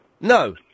No